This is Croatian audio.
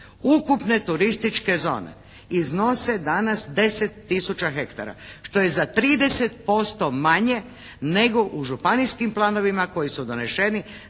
Ukupne turističke zone iznose danas 10 tisuća hektara što je za 30% manje nego u županijskim planovima koji su doneseni